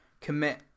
commit